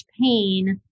pain